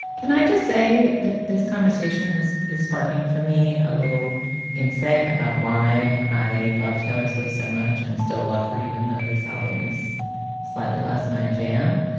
can i just say that this conversation is is sparking for me a little insight about why i love taylor swift so much and still love her, even though this album is slightly less my jam.